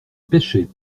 pêchait